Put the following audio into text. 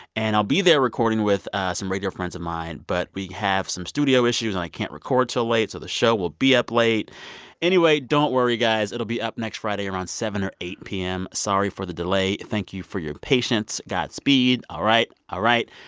and i'll be there recording with some radio friends of mine. but we have some studio issues, and i can't record until so late. so the show will be up late anyway, don't worry, guys. it'll be up next friday around seven or eight p m. sorry for the delay. thank you for your patience. godspeed. all right. all right.